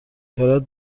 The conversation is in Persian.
دارد